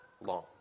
long